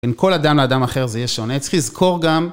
בין כל אדם לאדם אחר זה יהיה שונה, צריך לזכור גם...